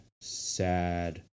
sad